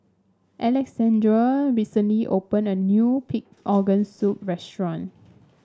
Alexandr recently opened a new Pig Organ Soup restaurant